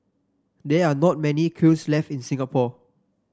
there are not many kilns left in Singapore